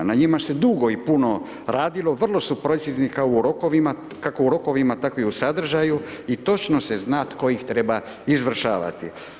Na njima se dugo i puno radilo, vrlo su precizni kao u rokovima, kako u rokovima tako i u sadržaju i točno se zna tko ih treba izvršavati.